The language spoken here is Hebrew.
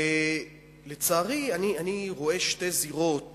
ולצערי, אני רואה שתי זירות